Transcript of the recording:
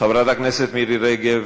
חברת הכנסת מירי רגב.